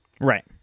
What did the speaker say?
right